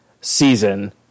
season